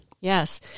Yes